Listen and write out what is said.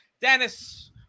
Dennis